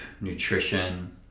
nutrition